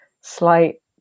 slight